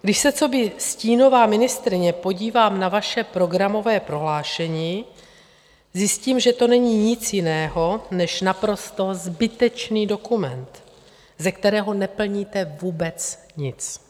Když se coby stínová ministryně podívám na vaše programové prohlášení, zjistím, že to není nic jiného než naprosto zbytečný dokument, ze kterého neplníte vůbec nic.